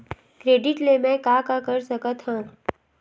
Credit ले मैं का का कर सकत हंव?